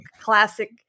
classic